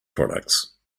products